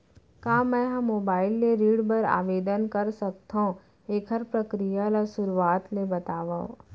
का मैं ह मोबाइल ले ऋण बर आवेदन कर सकथो, एखर प्रक्रिया ला शुरुआत ले बतावव?